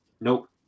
Nope